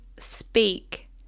Speak